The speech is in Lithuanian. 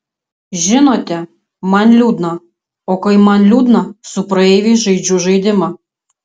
žinote man liūdna o kai man liūdna su praeiviais žaidžiu žaidimą